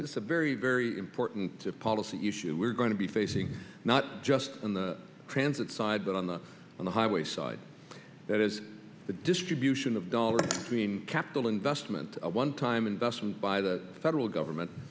that's a very very important policy issue we're going to be facing not just in the transit side but on the on the highway side that is the distribution of dollars capital investment a one time investment by the federal government